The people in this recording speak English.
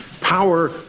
power